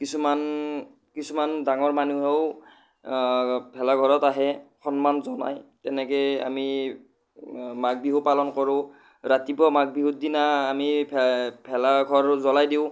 কিছুমান কিছুমান ডাঙৰ মানুহেও ভেলাঘৰত আহে সন্মান জনায় তেনেকৈ আমি মাঘ বিহু পালন কৰোঁ ৰাতিপুৱা মাঘ বিহুৰ দিনা আমি ভে ভেলাঘৰ জ্বলাই দিওঁ